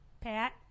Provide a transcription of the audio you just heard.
Pat